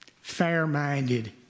fair-minded